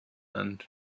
and